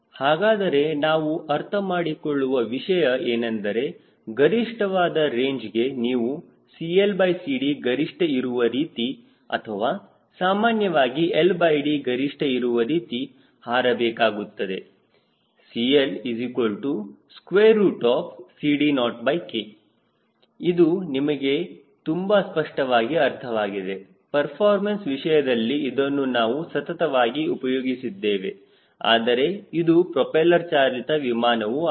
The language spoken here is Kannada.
ಹಾಗಾದರೆ ನಾವು ಅರ್ಥ ಮಾಡಿಕೊಳ್ಳುವ ವಿಷಯ ಏನೆಂದರೆ ಗರಿಷ್ಠವಾದ ರೇಂಜ್ಗೆ ನೀವು CL CD ಗರಿಷ್ಠ ಇರುವ ರೀತಿ ಅಥವಾ ಸಾಮಾನ್ಯವಾಗಿ LD ಗರಿಷ್ಠ ಇರುವ ರೀತಿ ಹಾರಬೇಕಾಗುತ್ತದೆ CLCD0K ಇದು ನಿಮಗೆ ತುಂಬಾ ಸ್ಪಷ್ಟವಾಗಿ ಅರ್ಥವಾಗಿದೆ ಪರ್ಫಾರ್ಮೆನ್ಸ್ ವಿಷಯದಲ್ಲಿ ಇದನ್ನು ನಾವು ಸತತವಾಗಿ ಉಪಯೋಗಿಸಿದ್ದೇವೆ ಆದರೆ ಇದು ಪ್ರೋಪೆಲ್ಲರ್ ಚಾಲಿತ ವಿಮಾನವು ಆಗಿದೆ